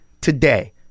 today